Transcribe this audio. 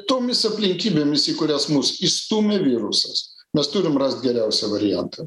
tomis aplinkybėmis į kurias mus įstūmė virusas mes turim rast geriausią variantą